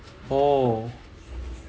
oh